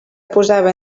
posava